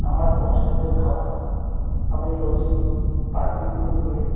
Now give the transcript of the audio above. আমার পছন্দের খাবার আমি রোজই বারবিকিউয়ে গিয়ে